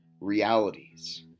realities